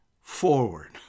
forward